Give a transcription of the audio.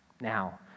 Now